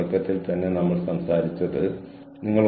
മൂന്ന് അതിൽ സുഖപ്രദമായിരിക്കേണ്ടതുണ്ട്